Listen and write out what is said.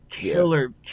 killer